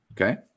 Okay